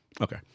okay